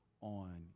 on